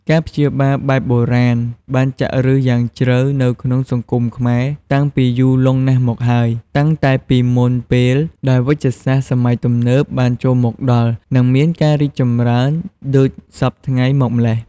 ការព្យាបាលបែបបុរាណ បានចាក់ឫសយ៉ាងជ្រៅនៅក្នុងសង្គមខ្មែរ តាំងពីយូរលង់ណាស់មកហើយ តាំងតែពីមុនពេលដែលវេជ្ជសាស្ត្រសម័យទំនើបបានចូលមកដល់ និងមានការរីកចម្រើនដូចសព្វថ្ងៃមកម៉្លេះ។